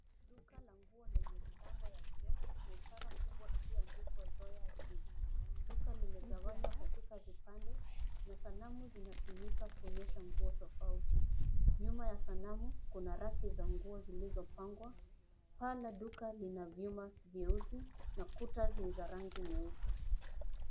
Duka la nguo lenye milango ya vyoo na ishara kubwa iliyoandikwa Zoya juu duka limegawanywa katika vipande na sanamu zinatumika kuonyesha nguo tofauti ,nyuma ya sanamu kuna rangi za nguo zilizopangwa paa la duka lina vyuma vyeusi na kuta ni za rangi nyeupe.